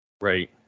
right